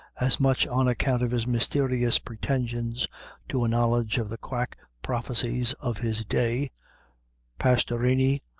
as much on account of his mysterious pretensions to a knowledge of the quack prophecies of his day pastorini,